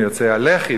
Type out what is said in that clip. מיוצאי הלח"י,